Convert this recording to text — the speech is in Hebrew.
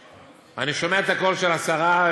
אני שומע את הקול של השרה,